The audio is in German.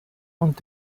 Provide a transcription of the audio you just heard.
und